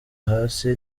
hasi